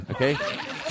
Okay